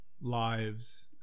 lives